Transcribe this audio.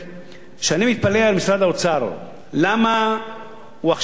הוא שאני מתפלא על משרד האוצר למה הוא מוכן